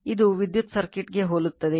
ಇದು ವಿದ್ಯುತ್ ಸರ್ಕ್ಯೂಟ್ಗೆ ಹೋಲುತ್ತದೆ